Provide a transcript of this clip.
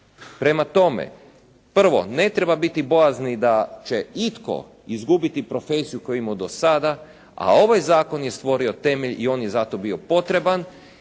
Prema tome, prvo, ne treba biti bojazni da će itko izgubiti profesiju koju je imao do sada, a ovaj zakon je stvorio temelj i on je zato bio potreban